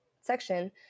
section